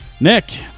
Nick